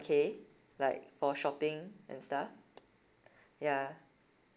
K like for shopping and stuff ya